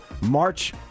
March